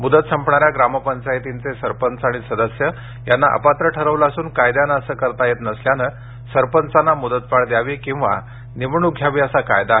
मूदत संपणाऱ्या ग्रामपंचायतींचे सरपंच आणि सदस्य यांना अपात्र ठरविले असून कायद्याने असे करता नसल्याने सरपंचांना मुदतवाढ द्यावी किंवा निवडणुक घ्यावी असा कायदा आहे